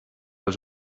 els